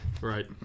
Right